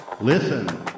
Listen